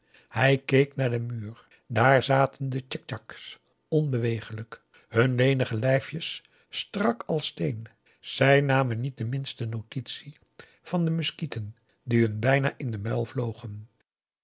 hij keek naar den muur daar zaten de tjitjaks onbewegelijk hun lenige lijfjes strak als steen zij namen niet de minste notitie van de muskieten die hun bijna in den